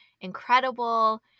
incredible